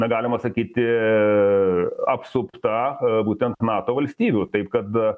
na galima sakyti apsupta būtent nato valstybių taip kada